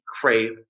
crave